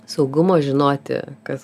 saugumo žinoti kas